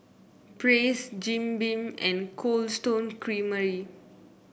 Praise Jim Beam and Cold Stone Creamery